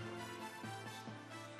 כדאי שיהיה פה שר.